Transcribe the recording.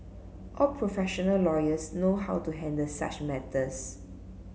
all professional lawyers know how to handle such matters